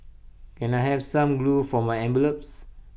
can I have some glue for my envelopes